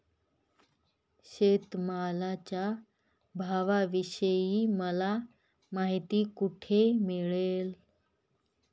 शेतमालाच्या भावाविषयी मला माहिती कोठे मिळेल?